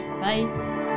Bye